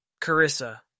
Carissa